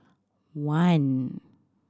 one